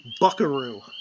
buckaroo